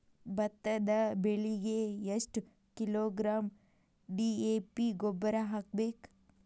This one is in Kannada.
ಭತ್ತದ ಬೆಳಿಗೆ ಎಷ್ಟ ಕಿಲೋಗ್ರಾಂ ಡಿ.ಎ.ಪಿ ಗೊಬ್ಬರ ಹಾಕ್ಬೇಕ?